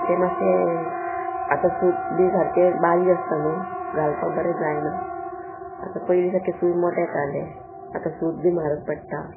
ते मातशे आतां सूत बी सारके बारी आसता न्हू घालपाक बरें जायना आतां पयलीं सारकें सूय मोटें येतालें आतां सूत बी म्हारग पडटा